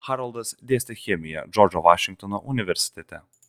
haroldas dėstė chemiją džordžo vašingtono universitete